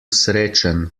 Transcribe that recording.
srečen